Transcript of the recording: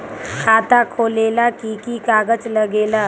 खाता खोलेला कि कि कागज़ात लगेला?